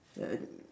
ya